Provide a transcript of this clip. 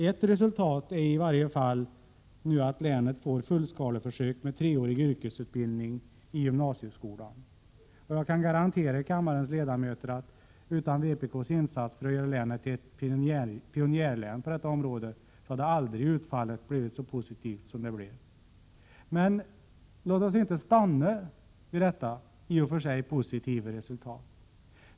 Ett resultat är i varje fall att länet nu får fullskaleförsök med treårig yrkesutbildning i gymnasieskolan. Och jag kan garantera kammarens ledamöter att utan vpk:s insats för att göra länet till ett pionjärlän på detta område hade aldrig utfallet blivit så positivt som det blev. Men låt oss inte stanna vid detta i och för sig positiva resultat.